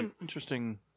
interesting